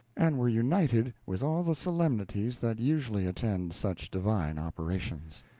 and were united with all the solemnities that usually attended such divine operations.